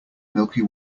milky